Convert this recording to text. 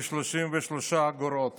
ב-33 אגורות